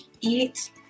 eat